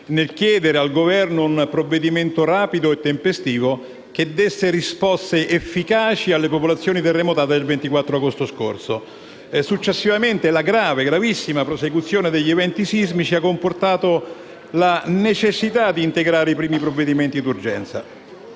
nel chiedere al Governo un provvedimento rapido e tempestivo che desse risposte efficaci alle popolazioni terremotate del 24 agosto scorso. Successivamente, la grave, gravissima prosecuzione degli eventi sismici ha comportato la necessità di integrare i primi provvedimenti d'urgenza.